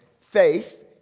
faith